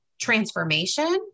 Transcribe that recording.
transformation